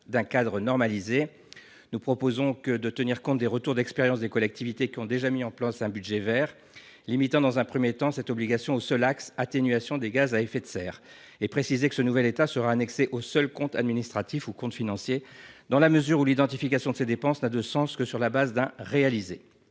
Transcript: d’un cadre normalisé. Nous proposons de tenir compte des retours d’expérience des collectivités territoriales qui ont déjà mis en place un budget vert en limitant, dans un premier temps, l’obligation au seul axe « atténuation des gaz à effets de serre », et en précisant que ce nouvel état sera annexé au seul compte administratif, ou compte financier, dans la mesure où l’identification de ces dépenses n’a de sens que sur la base d’un réalisé.